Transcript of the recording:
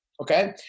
Okay